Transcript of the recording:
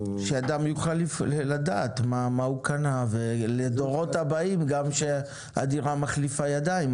שאדם יוכל לדעת מה הוא קנה ולדורות הבאים שהדירה מחליפה ידיים,